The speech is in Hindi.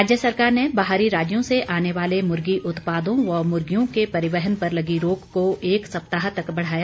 राज्य सरकार ने बाहरी राज्यों से आने वाले मुर्गी उत्पादों व मुर्गियों के परिवहन पर लगी रोक को एक सप्ताह तक बढ़ाया